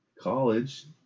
college